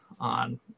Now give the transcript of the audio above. on